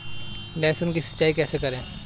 लहसुन की सिंचाई कैसे करें?